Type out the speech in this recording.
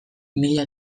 mila